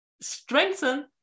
strengthen